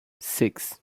six